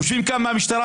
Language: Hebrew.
יושבים פה מהמשטרה,